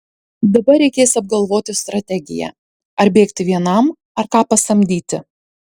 dabar reikės apgalvoti strategiją ar bėgti vienam ar ką pasamdyti